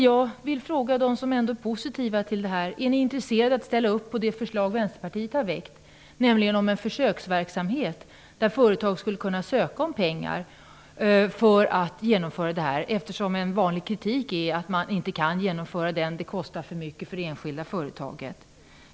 Jag vill fråga dem som ändå är positiva till detta: Är ni intresserade av att ställa upp på det förslag som Vänsterpartiet har väckt om en försöksverksamhet, där företag skulle kunna ansöka om pengar för att kunna genomföra det här? En vanlig kritik är ju att man inte kan genomföra det eftersom det kostar för mycket för det enskilda företaget.